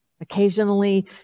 Occasionally